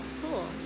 cool